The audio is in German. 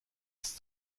ist